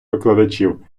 викладачів